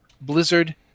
Blizzard